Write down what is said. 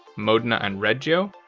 modena and reggio,